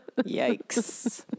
Yikes